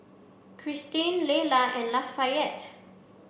Kristin Leyla and Lafayette